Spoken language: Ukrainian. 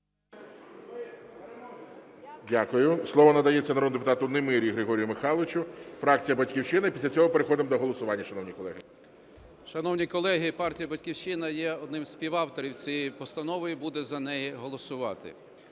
Дякую. Слово надається народному депутату Немирі Григорію Михайловичу, фракція "Батьківщина" і після цього переходимо до голосування, шановні колеги. 11:42:19 НЕМИРЯ Г.М. Шановні колеги, партія "Батьківщина" є одним із співавторів цієї постанови і буде за неї голосувати.